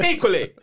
Equally